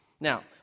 Now